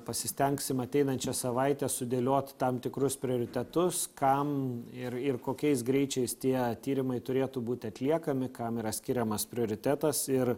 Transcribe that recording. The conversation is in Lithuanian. pasistengsim ateinančią savaitę sudėliot tam tikrus prioritetus kam ir ir kokiais greičiais tie tyrimai turėtų būt atliekami kam yra skiriamas prioritetas ir